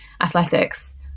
athletics